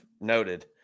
noted